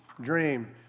dream